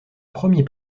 premier